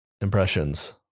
Impressions